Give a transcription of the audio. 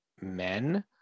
men